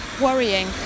worrying